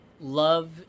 love